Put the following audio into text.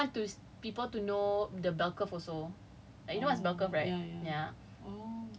like like I think it's cause macam they don't want to people to know the bell curve also